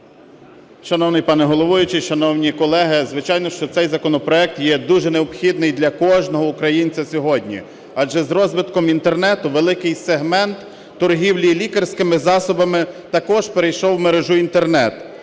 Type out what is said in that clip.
Шановний пане головуючий, шановні колеги! Звичайно, що цей законопроект є дуже необхідний для кожного українця сьогодні. Адже з розвитком Інтернету великий сегмент торгівлі лікарськими засобами також перейшов в мережу Інтернет.